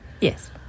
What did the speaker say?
Yes